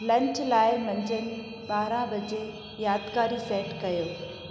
lunch लाइ मंझंदि ॿारहां वजे यादगारी सेट करियो